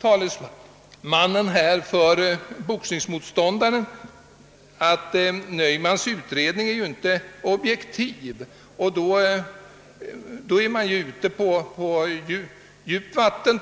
talesmannen för boxningsmotståndarna här i kammaren menar att Naumanns utredning inte är objektiv. Då är han ute på djupt vatten.